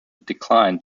declined